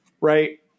Right